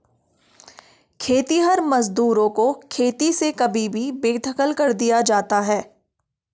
खेतिहर मजदूरों को खेती से कभी भी बेदखल कर दिया जाता है